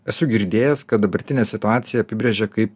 esu girdėjęs kad dabartinę situaciją apibrėžia kaip